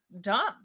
dumb